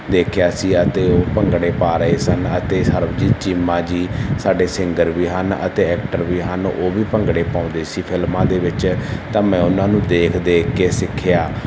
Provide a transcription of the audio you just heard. ਦੇਖਿਆ ਸੀ ਅਤੇ ਉਹ ਭੰਗੜੇ ਪਾ ਰਹੇ ਸਨ ਅਤੇ ਸਰਬਜੀਤ ਚੀਮਾ ਜੀ ਸਾਡੇ ਸਿੰਗਰ ਵੀ ਹਨ ਅਤੇ ਐਕਟਰ ਵੀ ਹਨ ਉਹ ਵੀ ਭੰਗੜੇ ਪਾਉਂਦੇ ਸੀ ਫਿਲਮਾਂ ਦੇ ਵਿੱਚ ਤਾਂ ਮੈਂ ਉਹਨਾਂ ਨੂੰ ਦੇਖ ਦੇਖ ਕੇ ਸਿੱਖਿਆ